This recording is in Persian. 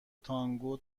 تانگو